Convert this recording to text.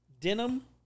denim